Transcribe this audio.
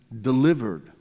delivered